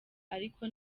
ariko